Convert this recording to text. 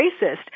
racist